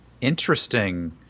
Interesting